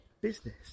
business